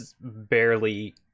barely